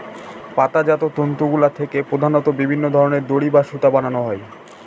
পাতাজাত তন্তুগুলা থেকে প্রধানত বিভিন্ন ধরনের দড়ি বা সুতা বানানো হয়